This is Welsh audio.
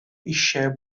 eisiau